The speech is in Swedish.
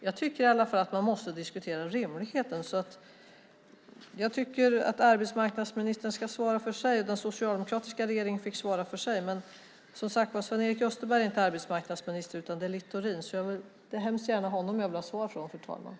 Jag tycker att man måste diskutera rimligheten. Arbetsmarknadsministern ska svara för sig, och den socialdemokratiska regeringen fick svara för sig. Men Hans Karlsson är inte arbetsmarknadsminister, utan det är Littorin. Jag vill hemskt gärna ha svar från honom, fru talman.